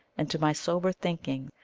and, to my sober thinking,